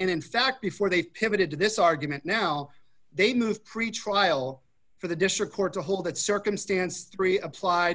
and in fact before they pivoted to this argument now they move pretrial for the district court to hold that circumstance three applied